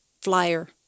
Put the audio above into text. flyer